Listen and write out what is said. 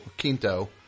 Quinto